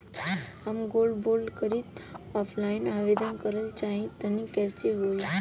हम gold bond करंति offline आवेदन करल चाह तनि कइसे होई?